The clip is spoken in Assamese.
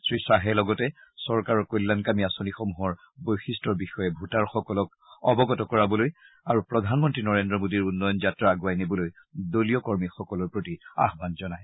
শ্ৰীশ্বাহে লগতে চৰকাৰৰ কল্যাণকামী আঁচনিসমূহৰ বৈশিষ্ট্যৰ বিষয়ে ভোটাৰসকলক অৱগত কৰাবলৈ আৰু প্ৰধানমন্ত্ৰী নৰেন্দ্ৰ মোদীৰ উন্নয়ন যাত্ৰা আগুৱাই নিবলৈ দলীয় কৰ্মীসকলৰ প্ৰতি আহান জনায়